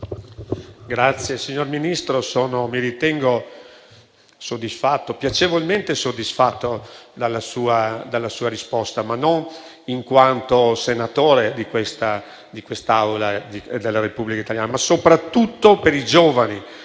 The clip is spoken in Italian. Signor Ministro, mi ritengo piacevolmente soddisfatto dalla sua risposta e non in quanto senatore di quest'Aula della Repubblica italiana, ma soprattutto per i giovani,